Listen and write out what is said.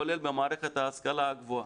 כולל במערכת ההשכלה הגבוהה,